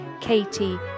katie